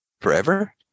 Forever